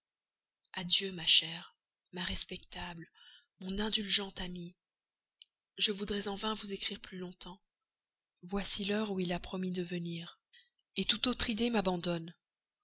adieu ma chère ma respectable mon indulgente amie je voudrais en vain vous écrire plus longtemps voici l'heure où il a promis de venir toute autre idée m'abandonne